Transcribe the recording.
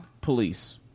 Police